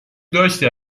داشتی